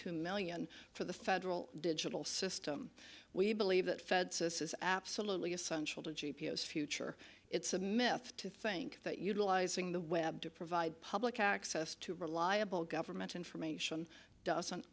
two million for the federal digital system we believe that feds this is absolutely essential to g p s future it's a myth to think that utilizing the web to provide public access to reliable government information doesn't